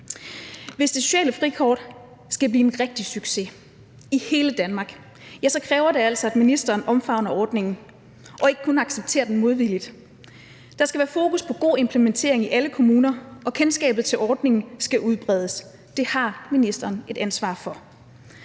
Hvis det sociale frikort skal blive en rigtig succes i hele Danmark, kræver det altså, at ministeren omfavner ordningen og ikke kun accepterer den modvilligt. Der skal være fokus på god implementering i alle kommuner, og kendskabet til ordningen skal udbredes. Det har ministeren et ansvar for.